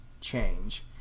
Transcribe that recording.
change